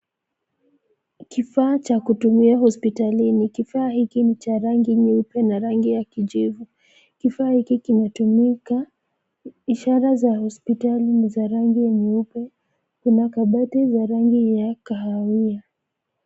Kifaa cha kutumia hospitalini, kifaa hiki ni cha rangi nyeupe na rangi ya kijivu, kifaa hiki kimetumika, ishara za hospitali ni za rangi nyeupe. Kuna kabati za rangi ya kahawia.